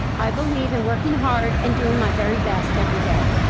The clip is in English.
i believe in working hard and doing my very best every day.